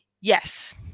Yes